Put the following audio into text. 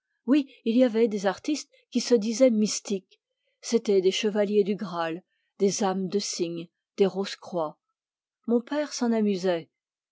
oui il y avait des artistes qui se disaient mystiques c'étaient des chevaliers du graal des âmes de cygne des rose-croix mon père s'en amusait